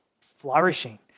flourishing